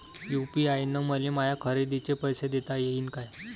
UPI न मले माया खरेदीचे पैसे देता येईन का?